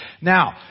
Now